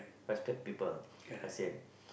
respect people as in